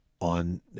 on